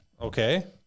Okay